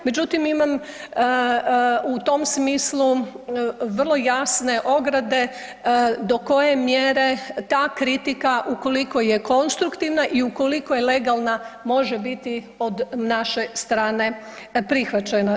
Međutim, imam u tom smislu vrlo jasne ograde do koje mjere ta kritika ukoliko je konstruktivna i ukoliko je legalna može biti od naše strane prihvaćena.